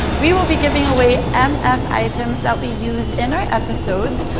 we will be giving away um mf items that we use in our episodes.